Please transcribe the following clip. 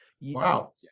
Wow